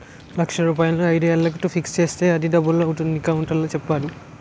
లక్ష రూపాయలను ఐదు ఏళ్లకు ఫిక్స్ చేస్తే అది డబుల్ అవుతుందని కౌంటర్లో చెప్పేరు